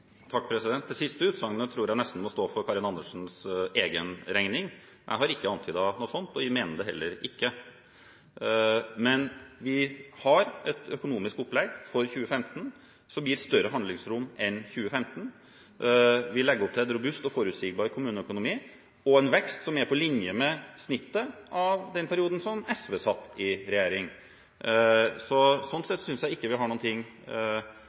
Det siste utsagnet tror jeg nesten får stå for Karin Andersens egen regning. Jeg har ikke antydet noe sånt, og mener det heller ikke. Vi har et økonomisk opplegg for 2015 som gir større handlingsrom enn 2015. Vi legger opp til en robust og forutsigbar kommuneøkonomi og en vekst som er på linje med snittet i den perioden da SV satt i regjering. Sånn sett synes jeg ikke vi har